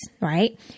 right